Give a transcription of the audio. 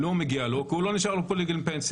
לא מגיע לו כי הוא לא נשאר פה עד לגיל פנסיה,